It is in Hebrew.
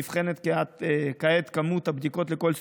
נבחנים כעת כמות הבדיקות לכל סטודנט,